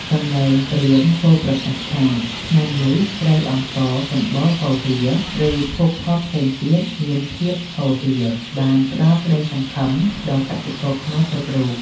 សំឡេងព្រាហ្មណ៍ពោលប្រកាសថា "ឆ្នាំនេះស្រូវអង្ករសម្បូរហូរហៀរ ឬភោគផលផ្សេងទៀតមានភាពហូរហៀរ" បានផ្ដល់ក្ដីសង្ឃឹមដល់កសិករខ្មែរគ្រប់រូប។